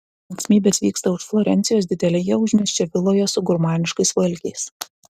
linksmybės vyksta už florencijos didelėje užmiesčio viloje su gurmaniškais valgiais